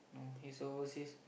he's overseas